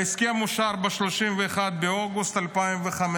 ההסכם אושר ב-31 באוגוסט 2005,